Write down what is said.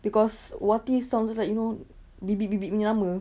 because wati sounds like you know bibik bibik punya nama